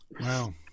wow